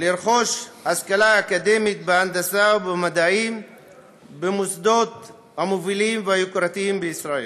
לרכוש השכלה אקדמית בהנדסה ובמדעים במוסדות המובילים והיוקרתיים בישראל.